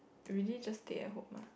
really just stay at home ah